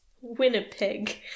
Winnipeg